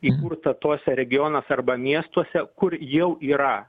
įkurta tuose regionuose arba miestuose kur jau yra